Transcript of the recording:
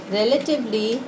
relatively